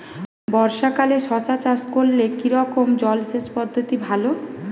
বর্ষাকালে শশা চাষ করলে কি রকম জলসেচ পদ্ধতি ভালো?